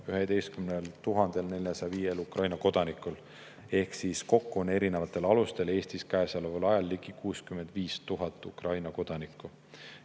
11 405 Ukraina kodanikul. Kokku on erinevatel alustel Eestis käesoleval ajal ligi 65 000 Ukraina kodanikku.